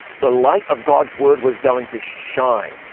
the light of god's word was going to shine.